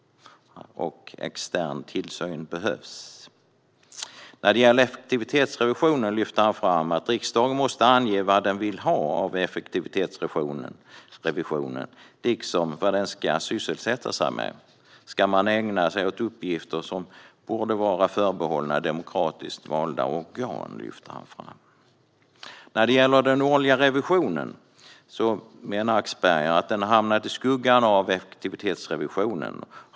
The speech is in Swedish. Extern tillsyn behövs. När det gäller effektivitetsrevisionen lyfter han fram att riksdagen måste ange vad den vill ha av effektivitetsrevisionen, liksom vad denna ska syssla med. Ska man ägna sig åt uppgifter som borde vara förbehållna demokratiskt valda organ? När det gäller den årliga revisionen menar Axberger att den har hamnat i skuggan av effektivitetsrevisionen.